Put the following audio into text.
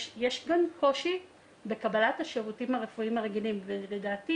יש קושי בקבלת השירותים הרפואיים הרגילים ולדעתי